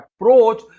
approach